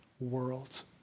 World